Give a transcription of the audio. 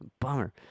Bummer